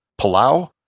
Palau